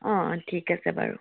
অঁ অঁ ঠিক আছে বাৰু